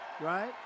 Right